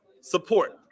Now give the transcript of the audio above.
support